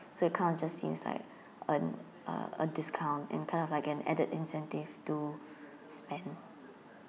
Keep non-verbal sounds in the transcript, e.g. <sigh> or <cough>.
so it kind of just seems like earn uh a discount and kind of like an added incentive to <breath> spend